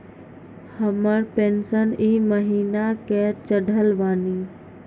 हमर पेंशन ई महीने के चढ़लऽ बानी?